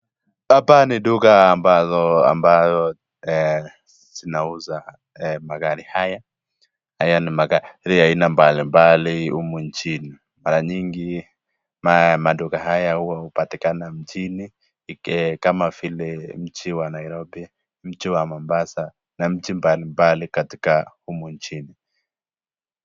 Hapa ni duka ambazo zinauza magari haya, haya ni magari ya ain mbali mbali humu nchini. Mara nyingi maduka haya hupatikana mjini kama vile mji wa Nairobi, mji wa Mombasa na mji wa mji mbali mbali katika humu nchini.